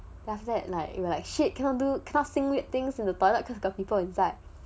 then after that like we were like shit cannot do say weird things in the toilet cause got people inside